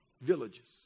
villages